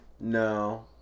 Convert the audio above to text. No